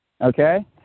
Okay